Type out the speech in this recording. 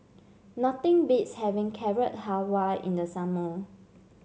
nothing beats having Carrot Halwa in the summer